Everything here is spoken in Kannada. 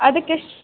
ಅದಕ್ಕೆ ಎಷ್ಟು